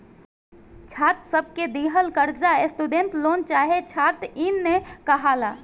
छात्र सब के दिहल कर्जा स्टूडेंट लोन चाहे छात्र इन कहाला